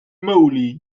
moly